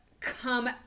come